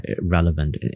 relevant